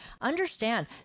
Understand